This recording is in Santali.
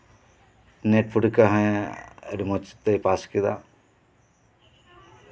ᱱᱮᱹᱴ ᱯᱚᱨᱤᱠᱠᱷᱟ ᱦᱚᱸ ᱟᱹᱰᱤ ᱢᱚᱸᱡᱽ ᱛᱮᱭ ᱯᱟᱥ ᱠᱮᱫᱟ